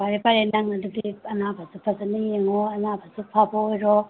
ꯐꯔꯦ ꯐꯔꯦ ꯅꯪ ꯑꯗꯨꯗꯤ ꯑꯅꯥꯕꯗꯣ ꯐꯖꯅ ꯌꯦꯡꯉꯣ ꯑꯅꯥꯕꯁꯨ ꯐꯕ ꯑꯣꯏꯔꯣ